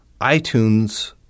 iTunes